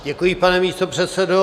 Děkuji, pane místopředsedo.